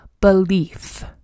belief